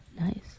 Nice